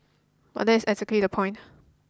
but that is exactly the point